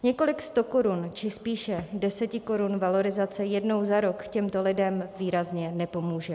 Několik stokorun, či spíše desetikorun valorizace jednou za rok těmto lidem výrazně nepomůže.